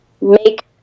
make